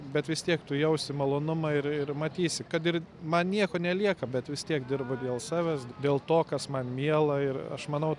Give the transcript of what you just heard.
bet vis tiek tu jausi malonumą ir ir matysi kad ir man nieko nelieka bet vis tiek dirbu dėl savęs dėl to kas man miela ir aš manau